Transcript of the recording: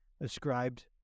ascribed